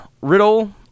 Riddle